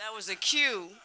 that was a cue